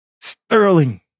sterling